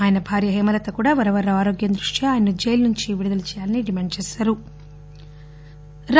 ఆయన భార్య హేమలత కూడా వరవరరావు ఆరోగ్యం దృష్ట్యా ఆయనను జైలునుంచి విడుదల చేయాలని డిమాండ్ చేసారు